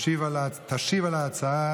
תשיב על ההצעה